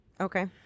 Okay